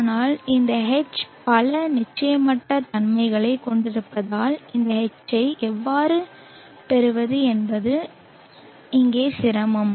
ஆனால் இந்த H பல நிச்சயமற்ற தன்மைகளைக் கொண்டிருப்பதால் இந்த H ஐ எவ்வாறு பெறுவது என்பது இங்கே சிரமம்